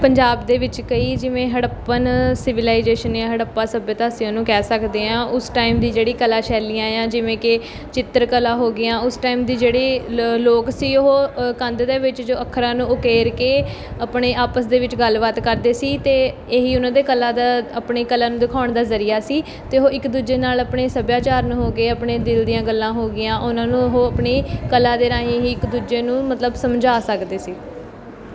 ਪੰਜਾਬ ਦੇ ਵਿੱਚ ਕਈ ਜਿਵੇਂ ਹੜੱਪਨ ਸਿਵਲਾਈਜੇਸ਼ਨ ਜਾਂ ਹੜੱਪਾ ਸੱਭਿਅਤਾ ਅਸੀਂ ਉਹ ਨੂੰ ਕਹਿ ਸਕਦੇ ਹਾਂ ਉਸ ਟਾਈਮ ਦੀ ਜਿਹੜੀ ਕਲਾ ਸ਼ੈਲੀਆਂ ਹੈ ਆ ਜਿਵੇਂ ਕਿ ਚਿੱਤਰਕਲਾ ਹੋ ਗਈਆਂ ਉਸ ਟਾਈਮ ਦੀ ਜਿਹੜੇ ਲ ਲੋਕ ਸੀ ਉਹ ਕੰਧ ਦੇ ਵਿੱਚ ਜੋ ਅੱਖਰਾਂ ਨੂੰ ਉਕੇਰ ਕੇ ਆਪਣੇ ਆਪਸ ਦੇ ਵਿੱਚ ਗੱਲਬਾਤ ਕਰਦੇ ਸੀ ਅਤੇ ਇਹੀ ਉਹਨਾਂ ਦੇ ਕਲਾ ਦਾ ਆਪਣੇ ਕਲਾ ਨੂੰ ਦਿਖਾਉਣ ਦਾ ਜ਼ਰੀਆ ਸੀ ਅਤੇ ਉਹ ਇੱਕ ਦੂਜੇ ਨਾਲ ਆਪਣੇ ਸੱਭਿਆਚਾਰਨ ਹੋ ਗਏ ਆਪਣੇ ਦਿਲ ਦੀਆਂ ਗੱਲਾਂ ਹੋ ਗਈਆਂ ਉਹਨਾਂ ਨੂੰ ਉਹ ਆਪਣੀ ਕਲਾ ਦੇ ਰਾਹੀਂ ਹੀ ਇੱਕ ਦੂਜੇ ਨੂੰ ਮਤਲਬ ਸਮਝਾ ਸਕਦੇ ਸੀ